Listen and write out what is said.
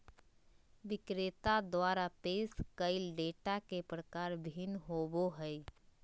विक्रेता द्वारा पेश कइल डेटा के प्रकार भिन्न होबो हइ